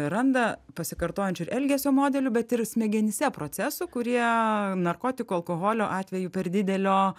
randa pasikartojančių ir elgesio modelių bet ir smegenyse procesų kurie narkotikų alkoholio atveju per didelio